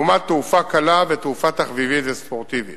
לעומת תעופה קלה ותעופה תחביבית וספורטיבית.